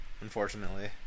Unfortunately